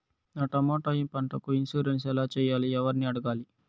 నా టమోటా పంటకు ఇన్సూరెన్సు ఎలా చెయ్యాలి? ఎవర్ని అడగాలి?